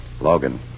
Logan